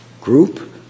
group